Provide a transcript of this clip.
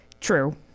True